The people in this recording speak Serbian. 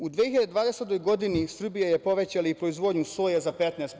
U 2020. godini Srbija je povećala i proizvodnju soje za 15%